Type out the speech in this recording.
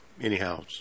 anyhow